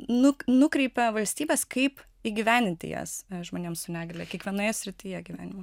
nuk nukreipia valstybes kaip įgyvendinti jas žmonėms su negalia kiekvienoje srityje gyvenimo